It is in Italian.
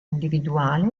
individuale